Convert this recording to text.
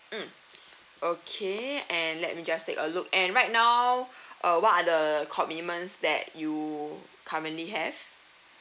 mm okay and let me just take a look and right now uh what are the commitments that you currently have